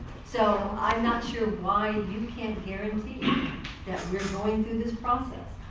so i'm not sure why you can't guarantee that we're so going through this process,